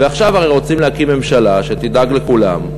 ועכשיו הרי רוצים להקים ממשלה שתדאג לכולם,